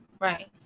Right